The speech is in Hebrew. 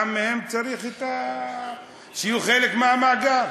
גם הם, צריך שיהיו חלק מהמאגר?